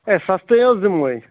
ہے سَستَے حظ دِمہوے